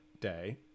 day